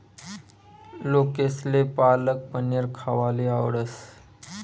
लोकेसले पालक पनीर खावाले आवडस